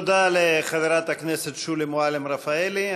תודה לחברת הכנסת שולי מועלם-רפאלי.